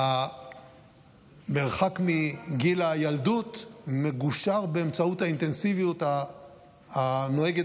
והמרחק מגיל הילדות מגושר באמצעות האינטנסיביות הנוהגת